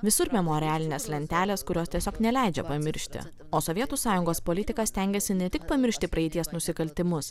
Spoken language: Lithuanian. visur memorialinės lentelės kurios tiesiog neleidžia pamiršti o sovietų sąjungos politika stengiasi ne tik pamiršti praeities nusikaltimus